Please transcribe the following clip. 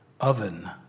oven